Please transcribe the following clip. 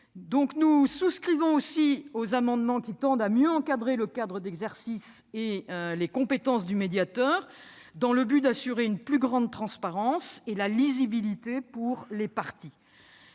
Nous approuvons aussi les amendements qui tendent à mieux encadrer le cadre d'exercice et les compétences du médiateur, afin d'assurer une plus grande transparence et de la lisibilité pour les parties.